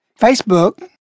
Facebook